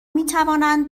میتوانند